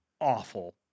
awful